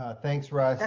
ah thank's russ,